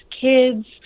kids